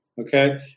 Okay